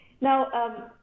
now